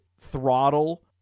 throttle